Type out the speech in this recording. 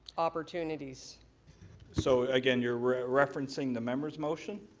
opportunites so, again you're referencng the members motion.